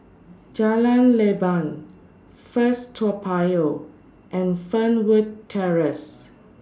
Jalan Leban First Toa Payoh and Fernwood Terrace